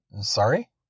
Sorry